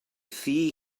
thŷ